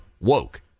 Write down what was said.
woke